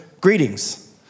greetings